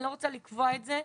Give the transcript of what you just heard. אני לא רוצה לקבוע את זה,